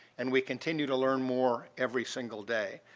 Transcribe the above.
and we continue to learn more every single day.